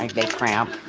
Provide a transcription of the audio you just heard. i get cramped.